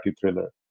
thriller